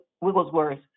Wigglesworth